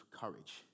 courage